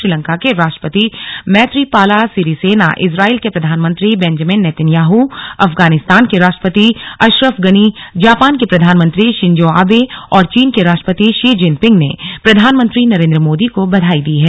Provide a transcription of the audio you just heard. श्रीलंका के राष्ट्रपति मैत्रीपाला सिरीसेना इजराइल के प्रधानमंत्री बेंजामिन नेतन्याह अफगानिस्तान के राष्ट्रपति अशरफ गनी जापान के प्रधानमंत्री शिंजो आबे और चीन के राष्ट्रपति शी जिनपिंग ने प्रधानमंत्री नरेंद्र मोदी को बधाई दी है